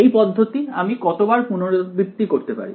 এই পদ্ধতি আমি কতবার পুনরাবৃত্তি করতে পারি